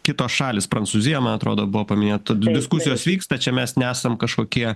kitos šalys prancūzija man atrodo buvo paminėta diskusijos vyksta čia mes nesam kažkokie